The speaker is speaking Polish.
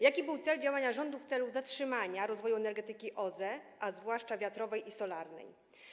Jaki był cel działania rządu, jeśli chodzi o zatrzymanie rozwoju energetyki OZE, zwłaszcza wiatrowej i solarnej?